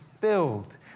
filled